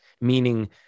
meaning